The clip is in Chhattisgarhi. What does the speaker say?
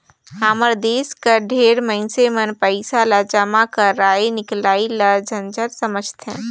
हमर देस कर ढेरे मइनसे मन पइसा जमा करई हिंकलई ल झंझट समुझथें